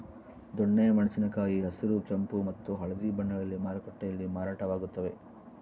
ದೊಣ್ಣೆ ಮೆಣಸಿನ ಕಾಯಿ ಹಸಿರು ಕೆಂಪು ಮತ್ತು ಹಳದಿ ಬಣ್ಣಗಳಲ್ಲಿ ಮಾರುಕಟ್ಟೆಯಲ್ಲಿ ಮಾರಾಟವಾಗುತ್ತವೆ